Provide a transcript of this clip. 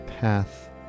path